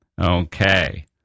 Okay